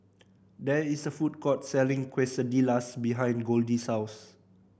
there is a food court selling Quesadillas behind Goldie's house